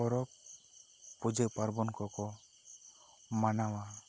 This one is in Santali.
ᱯᱚᱨᱚᱵᱽ ᱯᱩᱡᱟᱹ ᱯᱟᱨᱵᱚᱱ ᱠᱚ ᱠᱚ ᱢᱟᱱᱟᱣᱟ